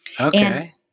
Okay